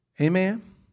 Amen